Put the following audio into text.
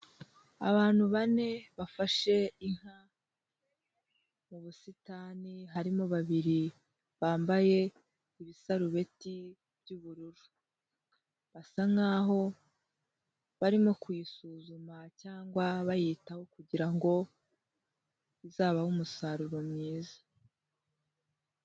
Abantu bane bafashe inka mu busitani, harimo babiri bambaye ibisarubeti by'ubururu. Basa nkaho barimo kuyisuzuma cyangwa bayitaho kugirango izabahe umusaruro mwiza.